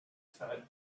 said